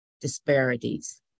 disparities